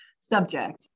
subject